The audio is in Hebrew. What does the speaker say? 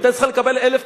היא היתה צריכה לקבל 1,200